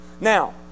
Now